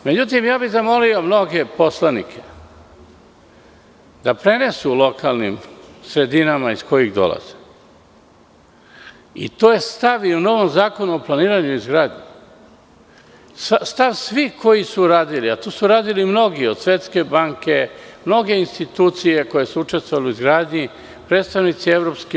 Zamolio bih mnoge poslanike da prenesu lokalnim sredinama iz kojih dolaze, i to je stav i u novom zakonu o planiranju i izgradnji, stav svih koji su radili, a to su radili mnogi, od Svetske banke, mnoge institucije koje su učestvovale u izgradnji, predstavnici EU.